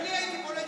הייתי פה לבד.